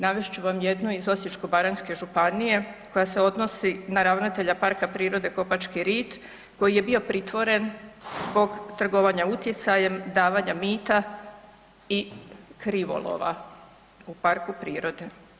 Navest ću vam jednu iz Osječko-baranjske županije koja se odnosi na ravnatelja PP Kopački rit koji je bio pritvoren zbog trgovanja utjecajem, davanja mita i krivolova u parku prirode.